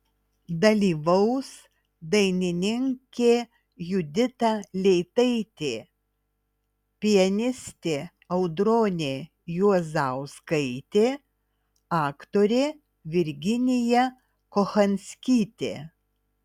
dalyvaus dainininkė judita leitaitė pianistė audronė juozauskaitė aktorė virginija kochanskytė